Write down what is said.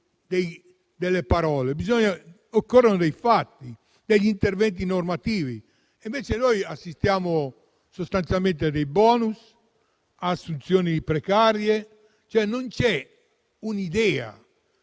dei fatti, occorrono degli interventi normativi. Invece assistiamo sostanzialmente a dei *bonus*, ad assunzioni precarie: cioè non c'è un'idea